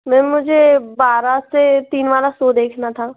ma'am मुझे बारह से तीन वाला सो देखना था